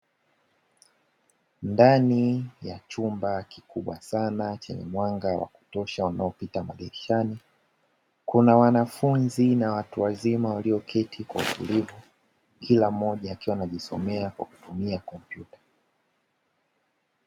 Ndani ya chumba kikubwa sana chenye mwanga wa kutosha unaopita madirishani, kuna wanafunzi na watu wazima walioketi kwa utulivu, kila mmoja akiwa anajisomea kwa kutumia kompyuta.